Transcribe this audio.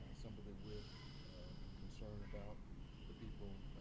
sympathy with and concern about the people